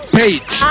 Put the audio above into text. page